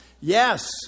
Yes